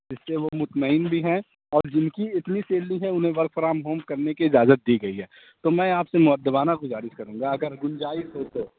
اس سے وہ مطمئن بھی ہیں اور جن کی اتنی سیلی ہے انہیں ورک فرام ہوم کرنے کی اجازت دی گئی ہے تو میں آپ سے مودبانہ گزارش کروں گا اگر گنجائش ہو تو